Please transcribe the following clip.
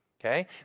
okay